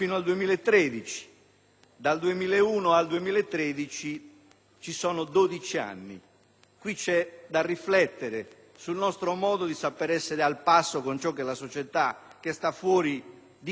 Dal 2001 al 2013 ci sono 12 anni; bisogna riflettere sul nostro modo di saper essere al passo con ciò che la società ci chiede.